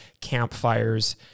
campfires